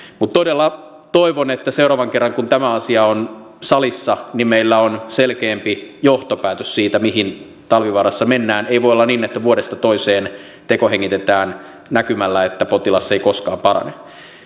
mutta todella toivon että seuraavan kerran kun tämä asia on salissa meillä on selkeämpi johtopäätös siitä mihin talvivaarassa mennään ei voi olla niin että vuodesta toiseen tekohengitetään näkymällä että potilas ei koskaan parane